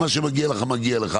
מה שמגיע לו - מגיע לו.